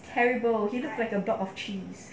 terrible okay he's a block of cheese